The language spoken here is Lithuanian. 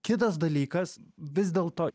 kitas dalykas vis dėlto